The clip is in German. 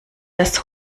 das